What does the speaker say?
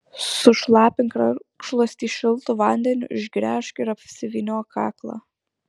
sušlapink rankšluostį šiltu vandeniu išgręžk ir apsivyniok kaklą